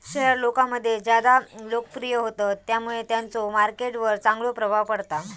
share लोकांमध्ये ज्यादा लोकप्रिय होतत त्यामुळे त्यांचो मार्केट वर चांगलो प्रभाव पडता